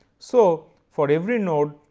so for every node,